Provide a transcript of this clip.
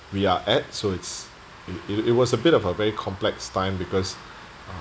we are at so it's it it was a bit of a very complex time because